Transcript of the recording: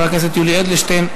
חבר הכנסת יולי אדלשטיין.